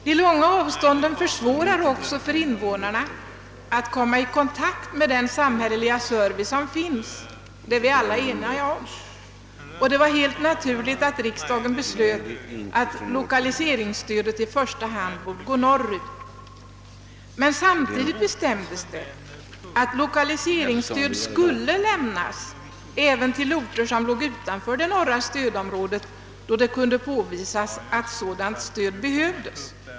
De långa avstånden försvårar för de kvarboende invånarna att komma i kontakt med den samhälleliga service som finns, det är vi alla eniga om. Det var helt naturligt att riksdagen beslöt att lokaliseringsstödet i första hand borde gå norrut. Samtidigt bestämdes emellertid att lokaliseringsstöd skulle lämnas även till orter som låg utanför norra stödområdet, då det kunde påvisas att sådant stöd behövdes.